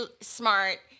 smart